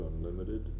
unlimited